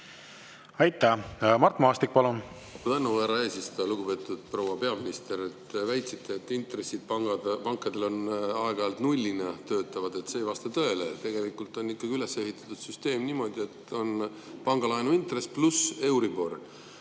Aitäh! Mart Maastik, palun!